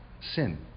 sin